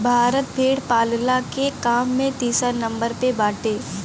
भारत भेड़ पालला के काम में तीसरा नंबर पे बाटे